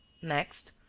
next,